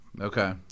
Okay